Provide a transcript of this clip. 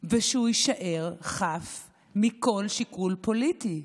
ושהוא יישאר חף מכל שיקול פוליטי.